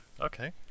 okay